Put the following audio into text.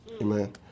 Amen